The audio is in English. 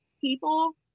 people